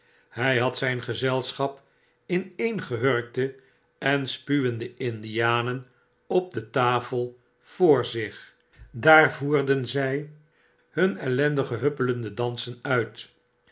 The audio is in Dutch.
hy had zyn gezelschap ineengehurkte en spuwende indianen op de tafel voor zich daar voerden zjj hun ellendige huppelende dansen uit